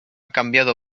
cambiado